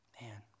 man